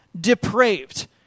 depraved